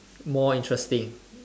more interesting